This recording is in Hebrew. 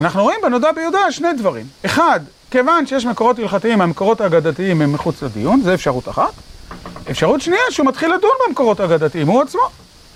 אנחנו רואים בנודע ביודע שני דברים, אחד, כיוון שיש מקורות הלכתיים והמקורות ההגדתיים הם מחוץ לדיון, זה אפשרות אחת. אפשרות שנייה שהוא מתחיל לדון במקורות ההגדתיים הוא עצמו.